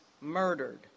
murdered